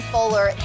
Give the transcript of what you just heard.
Fuller